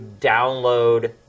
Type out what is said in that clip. download